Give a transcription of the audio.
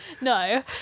no